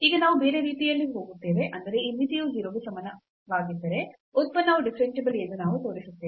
ಈಗ ನಾವು ಬೇರೆ ರೀತಿಯಲ್ಲಿ ಹೋಗುತ್ತೇವೆ ಅಂದರೆ ಈ ಮಿತಿಯು 0 ಗೆ ಸಮನಾಗಿದ್ದರೆ ಉತ್ಪನ್ನವು ಡಿಫರೆನ್ಸಿಬಲ್ ಎಂದು ನಾವು ತೋರಿಸುತ್ತೇವೆ